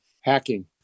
hacking